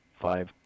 Five